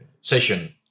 session